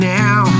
now